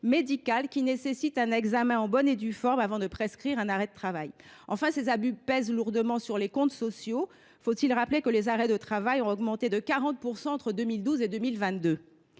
médicales, qui imposent un examen en bonne et due forme avant de prescrire un arrêt de travail. Enfin, ces abus pèsent lourdement sur les comptes sociaux : faut il rappeler que les arrêts de travail ont augmenté de 40 % entre 2012 et 2022 ?